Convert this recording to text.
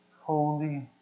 Holy